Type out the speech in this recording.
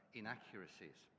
inaccuracies